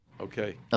Okay